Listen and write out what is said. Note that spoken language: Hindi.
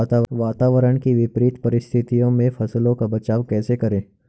वातावरण की विपरीत परिस्थितियों में फसलों का बचाव कैसे करें?